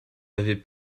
avez